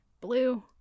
blue